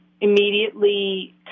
immediately